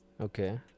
Okay